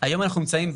היום אנחנו נמצאים,